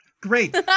great